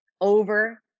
over